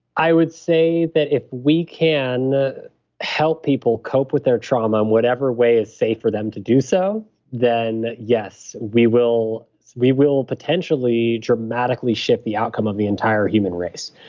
i would say that if we can help people cope with their trauma in whatever way is safe for them to do so then yes, we will we will potentially dramatically shift the outcome of the entire human race.